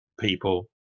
people